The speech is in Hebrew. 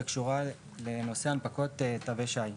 והיא קשורה לנושא הנפקות תווי שי.